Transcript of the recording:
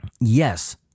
Yes